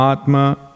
atma